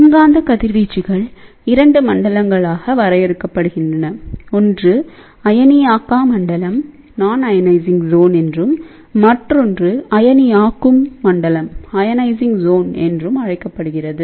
மின்காந்த கதிர்வீச்சுகள் 2 மண்டலங்களாக வரையறுக்கப்படுகின்றனஒன்று அயனியாக்கா மண்டலம் என்றும் மற்றொன்று அயனியாக்கும் மண்டலம் என்றும் அழைக்கப்படுகிறது